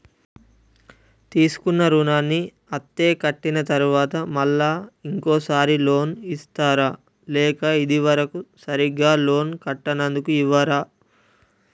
తీసుకున్న రుణాన్ని అత్తే కట్టిన తరువాత మళ్ళా ఇంకో సారి లోన్ ఇస్తారా లేక ఇది వరకు సరిగ్గా లోన్ కట్టనందుకు ఇవ్వరా?